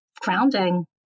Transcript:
grounding